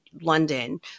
London